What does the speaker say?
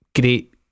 great